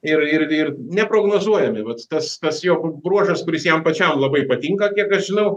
ir ir ir neprognozuojami vat tas tas jo bruožas kuris jam pačiam labai patinka kiek aš žinau